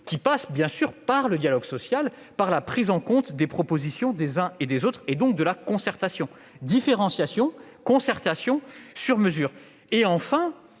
passe, bien sûr, par le dialogue social, par la prise en compte des propositions des uns et des autres, donc par la concertation. Différenciation, concertation, sur-mesure : tel